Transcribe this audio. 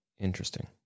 Interesting